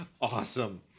Awesome